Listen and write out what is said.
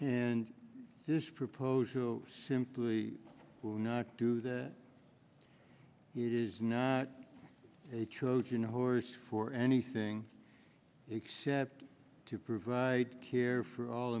and this proposal simply will not do that it is not a trojan horse for anything except to provide care for all